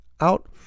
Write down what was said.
out